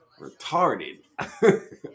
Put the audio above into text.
Retarded